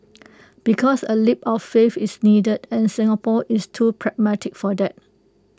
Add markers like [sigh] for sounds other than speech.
[noise] because A leap of faith is needed and Singapore is too pragmatic for that